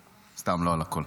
סתם, לא על הכול.